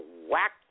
whack